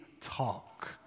talk